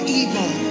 evil